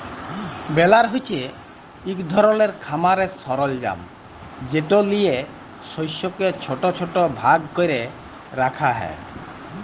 বেলার হছে ইক ধরলের খামারের সরলজাম যেট লিঁয়ে শস্যকে ছট ছট ভাগ ক্যরে রাখা হ্যয়